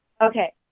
Okay